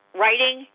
writing